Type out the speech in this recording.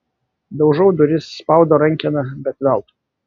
daužau duris spaudau rankeną bet veltui